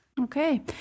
Okay